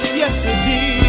yesterday